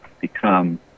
become